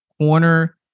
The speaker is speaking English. corner